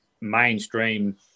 mainstream